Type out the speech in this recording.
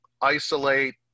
isolate